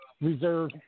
reserve